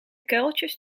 kuiltjes